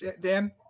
Dan